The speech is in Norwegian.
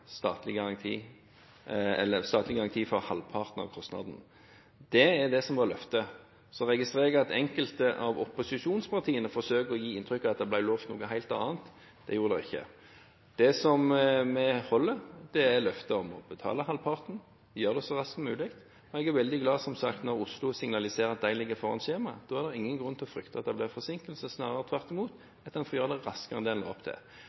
statlig garanti for halvparten av kostnadene. Det var løftet. Så registrerer jeg at enkelte av opposisjonspartiene forsøker å gi inntrykk av at det ble lovet noe helt annet. Det ble det ikke. Det vi gjør, er å holde løftet om å betale halvparten og gjøre det så raskt som mulig, men jeg er som sagt veldig glad når Oslo signaliserer at de ligger foran skjema. Da er det ingen grunn til å frykte at det blir forsinkelser – snarere tvert imot – en kan få gjøre det raskere enn det en la opp til.